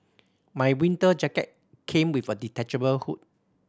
my winter jacket came with a detachable hood